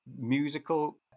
musical